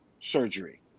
surgery